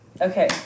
Okay